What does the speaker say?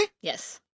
Yes